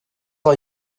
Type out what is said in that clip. are